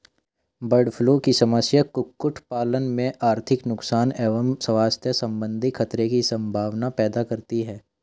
bird flu की समस्या कुक्कुट पालन में आर्थिक नुकसान एवं स्वास्थ्य सम्बन्धी खतरे की सम्भावना पैदा करती है